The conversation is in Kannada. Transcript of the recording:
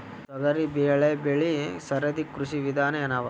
ತೊಗರಿಬೇಳೆ ಬೆಳಿ ಸರದಿ ಕೃಷಿ ವಿಧಾನ ಎನವ?